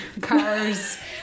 cars